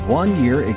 one-year